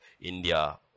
India